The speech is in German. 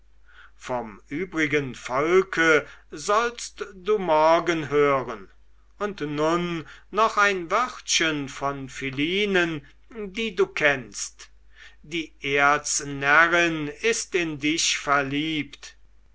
vom übrigen volke sollst du morgen hören und nun noch ein wörtchen von philinen die du kennst die erznärrin ist in dich verliebt